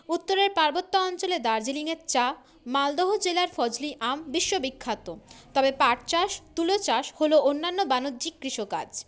উত্তরের পার্বত্য অঞ্চলে দার্জিলিংয়ের চা মালদহ জেলার ফজলি আম বিশ্ব বিখ্যাত তবে পাট চাষ তুলো চাষ হলো অন্যান্য বাণিজ্যিক কৃষিকাজ